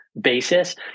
basis